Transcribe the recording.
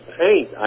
paint